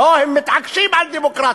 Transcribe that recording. לא, הם מתעקשים על דמוקרטיה.